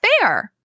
fair